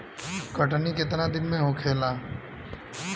कटनी केतना दिन में होखेला?